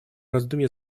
раздумье